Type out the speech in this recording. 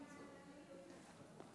הממשלה המתהווה דוהרת בקצב שיא,